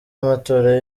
amatora